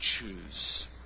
choose